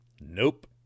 Nope